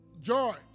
Joy